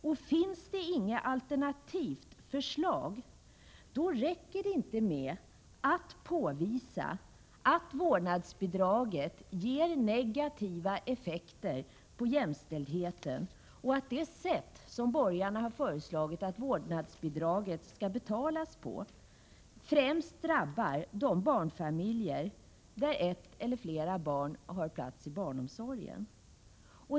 Om det inte finns något alternativt förslag räcker det inte med att påvisa att vårdnadsbidraget ger negativa effekter på jämställdheten och att det sätt som borgarna har föreslagit att vårdnadsbidraget skall betalas på främst drabbar de barnfamiljer där ett eller flera barn har plats i barnomsorgen.